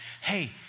hey